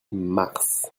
mars